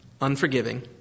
unforgiving